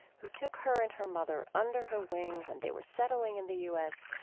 who took her and her mother under her wing when they were settling in the u s.